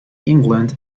england